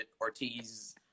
Ortiz